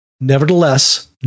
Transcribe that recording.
Nevertheless